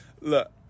look